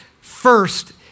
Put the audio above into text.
first